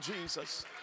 Jesus